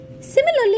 Similarly